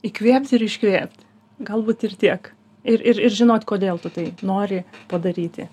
įkvėpti ir iškvėpti galbūt ir tiek ir ir ir žinot kodėl tu tai nori padaryti